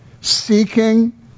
seeking